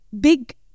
big